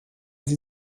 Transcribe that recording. sie